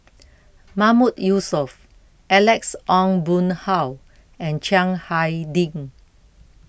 Mahmood Yusof Alex Ong Boon Hau and Chiang Hai Ding